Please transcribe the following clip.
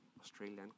Australian